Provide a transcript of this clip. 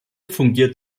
fungiert